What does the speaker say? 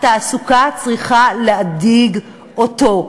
התעסוקה צריכה להדאיג אותו.